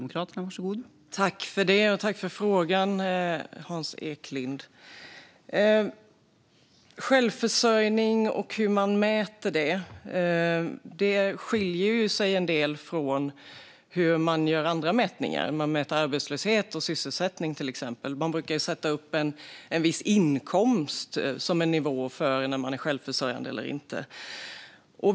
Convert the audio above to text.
Fru talman! Tack för frågan, Hans Eklind! Självförsörjning och hur man mäter det skiljer sig en del från hur man gör andra mätningar av till exempel arbetslöshet och sysselsättning. Man brukar sätta upp en viss inkomst som en nivå för när en person är självförsörjande eller inte.